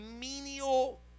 menial